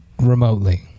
remotely